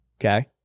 Okay